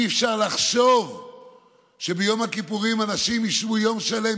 אי-אפשר לחשוב שביום הכיפורים אנשים ישבו יום שלם,